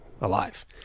alive